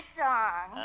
song